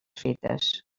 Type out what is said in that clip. fites